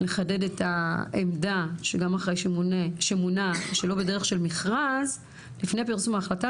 לחדד את העמדה שגם אחרי שמונה שלא בדרך של מכרז לפני פרסום ההחלטה,